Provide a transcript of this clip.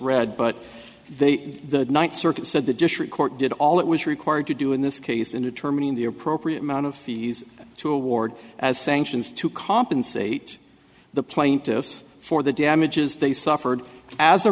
read but they the ninth circuit said the district court did all it was required to do in this case in determining the appropriate amount of fees to award as sanctions to compensate the plaintiffs for the damages they suffered as a